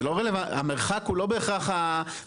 זה לא, המרחק הוא לא בהכרח המגדיר.